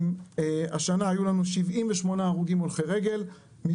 אם השנה היו לנו 78 הרוגים הולכי רגל,